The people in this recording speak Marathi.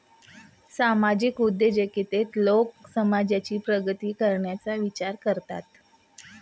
सामाजिक उद्योजकतेत लोक समाजाची प्रगती करण्याचा विचार करतात